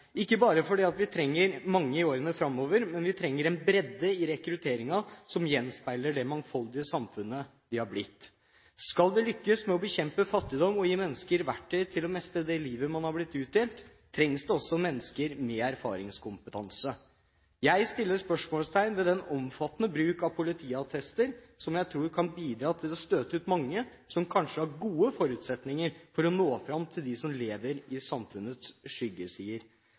Ikke bare fordi vi trenger mange i årene framover, men vi trenger en bredde i rekrutteringen som gjenspeiler det mangfoldige samfunnet vi har blitt. Skal vi lykkes med å bekjempe fattigdom og gi mennesker verktøy til å mestre det livet man har blitt utdelt, trengs det også mennesker med erfaringskompetanse. Jeg setter spørsmålstegn ved det omfattende bruk av politiattester, som jeg tror kan bidra til å støte ut mange som kanskje har gode forutsetninger for å nå fram til dem som lever på samfunnets skyggesider.